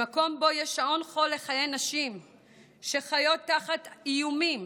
במקום שבו יש שעון חול לחיי נשים שחיות תחת איומים